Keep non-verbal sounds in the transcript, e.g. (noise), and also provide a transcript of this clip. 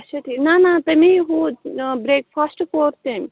اچھا ٹھیٖک نہ نہ تُہۍ (unintelligible) برٛیک فاسٹ کوٚر تٔمۍ